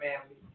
family